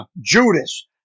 Judas